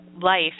life